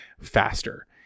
faster